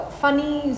funny